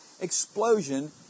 explosion